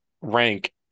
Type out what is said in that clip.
rank